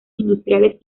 industriales